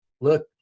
Look